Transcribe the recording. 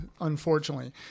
unfortunately